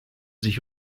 sich